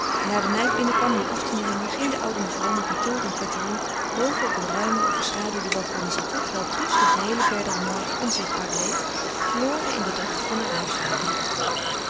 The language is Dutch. daar de meid binnenkwam om af te nemen ging de oude mevrouw met mathilde en cathérine boven op het ruime overschaduwde balcon zitten terwijl truus den geheelen verderen morgen onzichtbaar bleef verloren in de drukte van haar huishouden